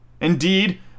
Indeed